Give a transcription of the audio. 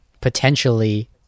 potentially